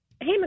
Hey